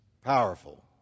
Powerful